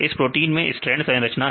इस प्रोटीन में स्टैंड संरचना है